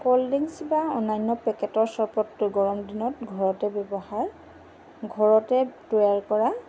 cold drinks বা অন্যান্য পেকেটৰ চৰপতটো গৰম দিনত ঘৰতে ব্যৱহাৰ ঘৰতে তৈয়াৰ কৰা